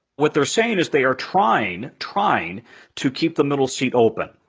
what they're saying is, they are trying trying to keep the middle seat open,